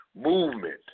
movement